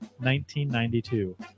1992